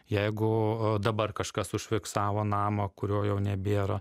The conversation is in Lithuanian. jeigu dabar kažkas užfiksavo namą kurio jau nebėra